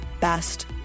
best